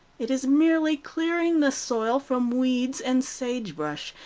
it is merely clearing the soil from weeds and sagebrush,